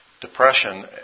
depression